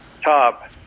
top